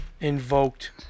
invoked